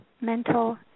mental